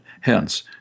hence